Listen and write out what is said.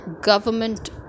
government